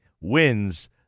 wins